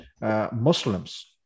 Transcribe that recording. Muslims